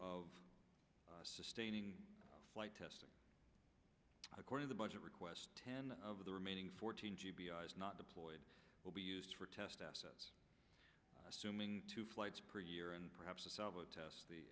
of sustaining flight test according to budget requests ten of the remaining fourteen g b i is not deployed will be used for test assets assuming two flights per year and perhaps a salvo test the